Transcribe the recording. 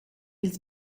ils